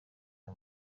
rwa